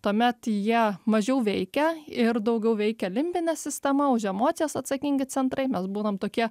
tuomet jie mažiau veikia ir daugiau veikia limbinė sistema už emocijas atsakingi centrai mes būname tokie